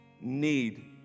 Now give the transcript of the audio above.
need